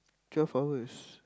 twelve hours